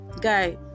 Guy